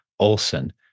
Olson